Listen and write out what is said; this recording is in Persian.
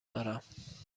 دارم